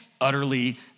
utterly